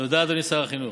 תודה, אדוני שר החינוך.